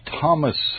Thomas